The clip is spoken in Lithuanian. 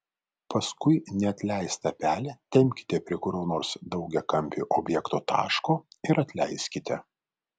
paskui neatleistą pelę tempkite prie kurio nors daugiakampio objekto taško ir atleiskite